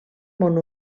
món